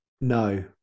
no